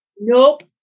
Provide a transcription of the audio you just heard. Nope